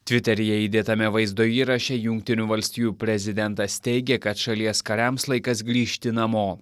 tviteryje įdėtame vaizdo įraše jungtinių valstijų prezidentas teigė kad šalies kariams laikas grįžti namo